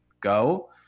go